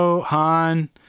Han